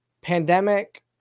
pandemic